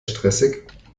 stressig